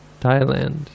Thailand